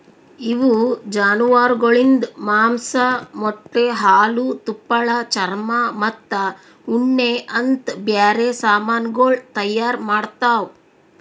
ಇವು ಜಾನುವಾರುಗೊಳಿಂದ್ ಮಾಂಸ, ಮೊಟ್ಟೆ, ಹಾಲು, ತುಪ್ಪಳ, ಚರ್ಮ ಮತ್ತ ಉಣ್ಣೆ ಅಂತ್ ಬ್ಯಾರೆ ಸಮಾನಗೊಳ್ ತೈಯಾರ್ ಮಾಡ್ತಾವ್